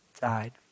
died